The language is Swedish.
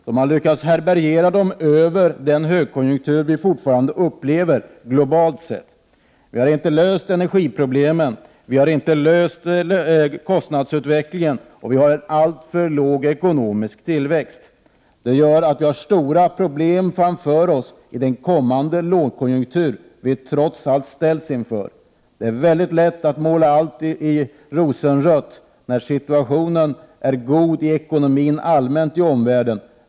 Man har lyckats härbärgera dem över den högkonjunktur vi fortfarande upplever globalt sett. Vi har inte löst energiproblemen. Vi har inte kommit till rätta med kostnadsutvecklingen, och vi har en alltför låg ekonomisk tillväxt. Därmed har vi stora problem framför oss vid den lågkonjunktur som vi trots allt kommer att ställas inför. Det är väldigt lätt att måla allt i rosenrött när ekonomin är allmänt god i omvärlden.